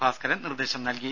ഭാസ്കരൻ നിർദ്ദേശം നൽകി